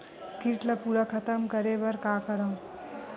कीट ला पूरा खतम करे बर का करवं?